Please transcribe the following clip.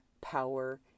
power